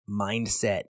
mindset